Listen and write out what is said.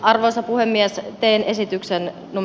arvoisa puhemies teen esityksen on